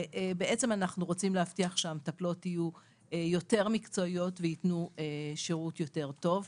אנחנו רוצים להבטיח שהמטפלות יהיו יותר מקצועיות וייתנו שירות יותר טוב.